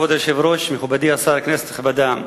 כבוד היושב-ראש, מכובדי השר, כנסת נכבדה,